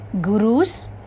guru's